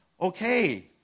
Okay